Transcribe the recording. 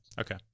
Okay